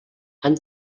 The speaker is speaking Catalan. han